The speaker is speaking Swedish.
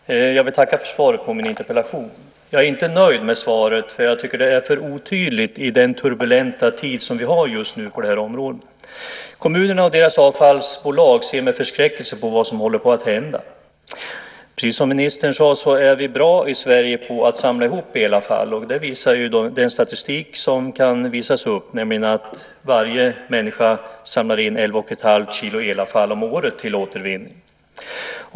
Herr talman! Jag vill tacka för svaret på min interpellation. Jag är inte nöjd med svaret. Jag tycker att det är för otydligt i den turbulenta tid som vi har just nu på det här området. Kommunerna och deras avfallsbolag ser med förskräckelse på vad som håller på att hända. Precis som ministern sade är vi bra i Sverige på att samla ihop elavfall. Det visar den statistik som kan visas upp, nämligen att varje människa samlar in 11,5 kilo elavfall om året till återvinning.